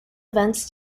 events